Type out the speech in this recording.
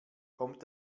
kommt